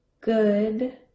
Good